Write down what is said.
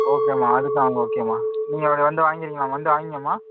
ஓகேம்மா அதுதான் ஓகேம்மா நீங்கள் வந்து வாங்கிக்கிறீங்களா வந்து வாங்கிங்கோங்கமா